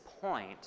point